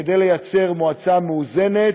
כדי ליצור מועצה מאוזנת,